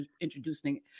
introducing